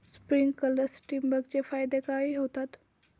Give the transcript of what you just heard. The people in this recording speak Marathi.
स्प्रिंकलर्स ठिबक चे फायदे काय होतात?